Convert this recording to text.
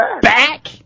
back